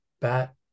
bat